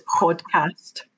podcast